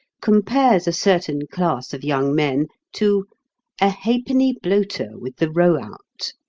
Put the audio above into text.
compares a certain class of young men to a halfpenny bloater with the roe out,